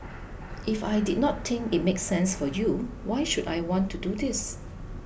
if I did not think it make sense for you why should I want to do this